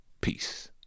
Peace